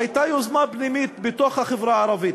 הייתה יוזמה פנימית בתוך החברה הערבית: